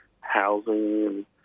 housing